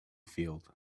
field